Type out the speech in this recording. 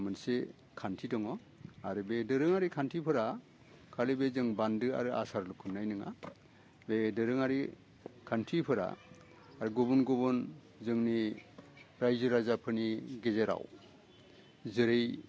मोनसे खान्थि दङ आरो बे दोरोङारि खान्थिफोरा खालि बे जों बान्दो आरो आसारल' खुंनाय नङा बे दोरोङोरि खान्थिफोरा आर गुबुन गुबुन जोंनि रायजो राजाफोरनि गेजेराव जेरै